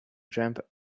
jump